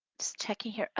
just checking here. ah